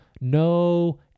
No